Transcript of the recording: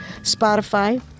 Spotify